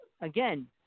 again